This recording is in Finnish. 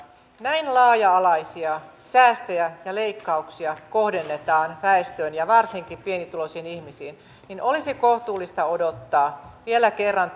näin laaja alaisia säästöjä ja leikkauksia kohdennetaan väestöön ja varsinkin pienituloisiin ihmisiin niin olisi kohtuullista odottaa vielä kerran